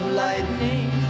lightning